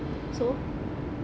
so